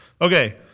Okay